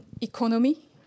economy